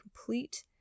complete